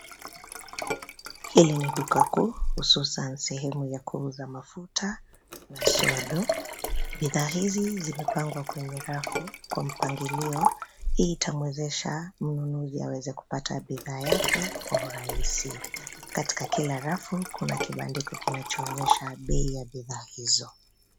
Hili ni duka kuu hususan sehemu ya kuuza mafuta na sodo. Bidhaa hizi zimepangwa kwenye rafu kwa mpangilio. Hii itamwezesha mnunuzi aweze kupata bidhaa yake kwa urahisi. Katika kila rafu kuna kibandiko kinachonesha bei ya bidhaa hizo.